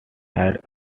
had